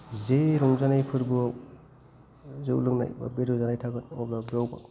जे रंजानाय फोरबोआव जौ लोंनाय बा बेदर जानाय थागोन अब्ला बेयाव